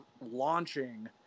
launching